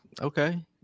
okay